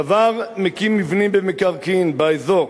סבר מקים מבנים במקרקעין באזור,